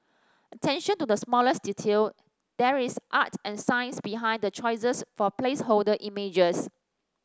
attention to the smallest detail there is art and science behind the choices for placeholder images